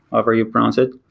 however you pronounce it,